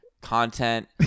Content